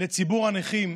לציבור הנכים,